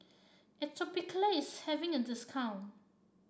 Atopiclair is having a discount